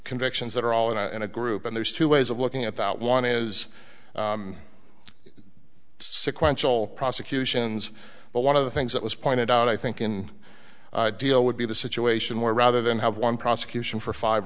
convictions that are all in a in a group and there's two ways of looking at that one is sequential prosecutions but one of the things that was pointed out i think in deal would be the situation where rather than have one prosecution for five